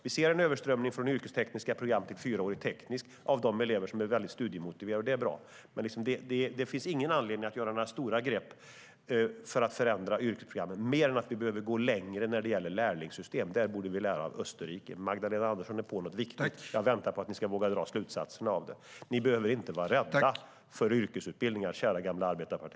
Vi ser en överströmning från yrkestekniska program till fyraårig teknisk av de elever som är mycket studiemotiverade, och det är bra. Men det finns ingen anledning att ta några stora grepp för att förändra yrkesprogrammen mer än att vi behöver gå längre när det gäller lärlingssystem. Där borde vi lära av Österrike. Magdalena Andersson är på något viktigt. Jag väntar på att ni ska våga dra slutsatserna av det. Ni behöver inte vara rädda för yrkesutbildningar, kära gamla arbetarparti.